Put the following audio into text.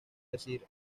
decir